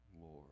Lord